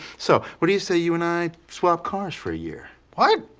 so. what do you say, you and i swap cars for a year? what?